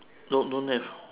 don't don't have